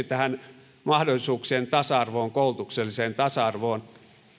tähän mahdollisuuksien tasa arvoon koulutukselliseen tasa arvoon